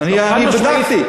אני בדקתי,